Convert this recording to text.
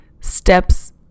steps